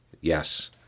Yes